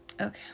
Okay